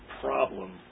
problem